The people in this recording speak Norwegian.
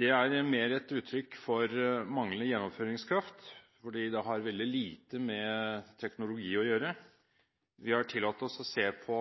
Det er mer et uttrykk for manglende gjennomføringskraft, for det har veldig lite med teknologi å gjøre. Vi har tillatt oss å se på